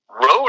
Road